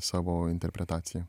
savo interpretaciją